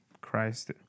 Christ